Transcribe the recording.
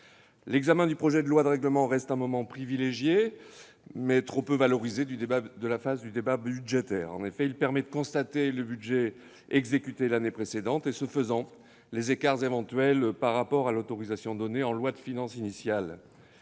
L'examen du projet de loi de règlement reste un moment privilégié, mais trop peu valorisé, du débat budgétaire. En effet, il permet de constater le budget exécuté l'année précédente et, ce faisant, les écarts éventuels par rapport à l'autorisation donnée en loi de finances initiale.